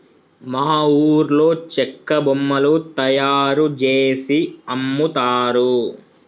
మా ఊర్లో చెక్క బొమ్మలు తయారుజేసి అమ్ముతారు